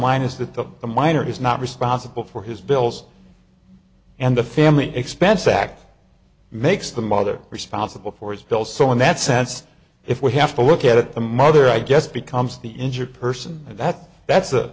line is that the a minor is not responsible for his bills and the family expense sack makes the mother responsible for his bill so in that sense if we have to look at it a mother i guess becomes the injured person and that's that's a